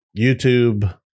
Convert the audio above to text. YouTube